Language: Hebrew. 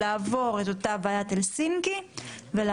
כי התכשיר מיוצר בתנאים נאותים,